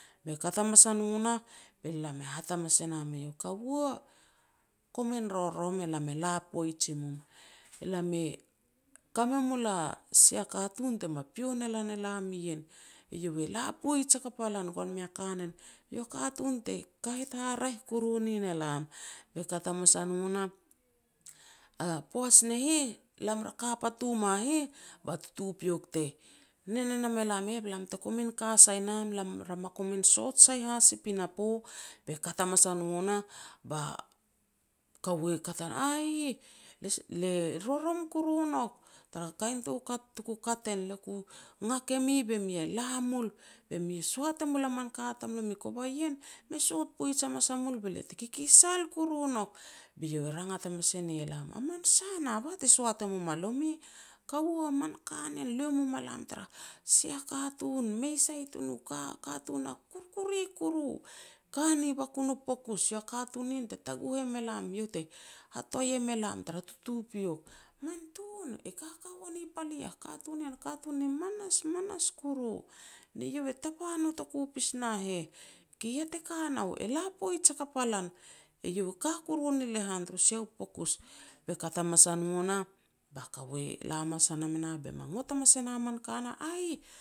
Be kat hamas a no nah be lam e hat hamas e nam eiau, "Kaua, komin rorom, e lam e la poij i mum. E lam e ka me mul a sia katun te me pio ne lam ien. Eiau e la poaj hakap a lan gon mei a kanen. Iau a katun te kahet haraeh kuru nien e lam." Be kat hamas a no nah a poaj ne heh lam ra ka patu ma heh, ba tutupiok te nen e nam e lam e heh be lam te kumin ka sai nam, lam ra komin soat sai has i pinapo." Be kat hamas a no nah, kaua kat a no, "Aih!, le rorom kuru nouk tara kain toukat tuku kat en. Le ku ngak e mi be mi e la mul, be mi e soat e mul a min ka tamlomi, kova ien me sot poaj hamas a mul be lia te kikisal kuru nouk." Be iau rangat hamas e ne lam, "A min sa nah bah te soat e mum a lomi", "kaua, a min kanen lu mum a lam tara sia katun, mei sai tun u ka, katun a kurkuri kuru, ka ni bakun u pukus iau a katun nien te taguh em e lam iau te hatoai em e lam tara tutupiok". "Man tun, e kaka wa ni pali yah, katun nien a katun ni manas manas kuru, ne nou e tapa notoku pas na heh. Ki ya te ka nau? E la poij hakap a lan, eiau e ka kuru ni lehan turu sia u pokus." Be kat hamas a no nah, ba kaua la hamas a nam e nah ba ma ngok hamas e na man ka, "Aih!